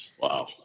wow